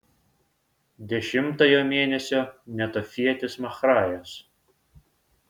dešimtojo mėnesio netofietis mahrajas